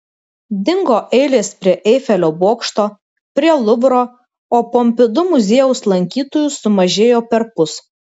dingo eilės prie eifelio bokšto prie luvro o pompidu muziejaus lankytojų sumažėjo perpus